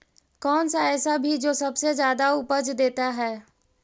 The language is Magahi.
कौन सा ऐसा भी जो सबसे ज्यादा उपज देता है?